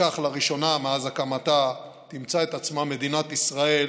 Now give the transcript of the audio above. וכך לראשונה מאז הקמתה תמצא את עצמה מדינת ישראל